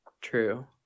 True